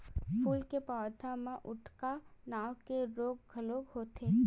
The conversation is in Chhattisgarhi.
फूल के पउधा म उकठा नांव के रोग घलो होथे